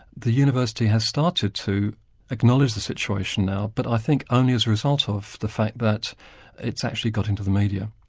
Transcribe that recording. the university has started to acknowledge the situation now, but i think only a result of the fact that it's actually got into the media.